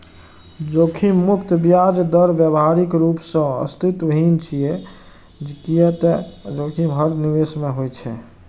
जोखिम मुक्त ब्याज दर व्यावहारिक रूप सं अस्तित्वहीन छै, कियै ते जोखिम हर निवेश मे होइ छै